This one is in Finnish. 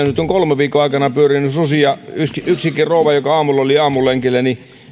nyt kolmen viikon aikana pyörinyt susia yksikin rouva joka aamulla oli aamulenkillä